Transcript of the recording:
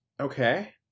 Okay